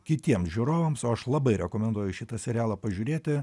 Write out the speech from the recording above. kitiems žiūrovams o aš labai rekomenduoju šitą serialą pažiūrėti